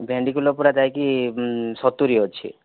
ଭେଣ୍ଡି କିଲୋ ପୁରା ଯାଇକି ସତୁରି ଅଛି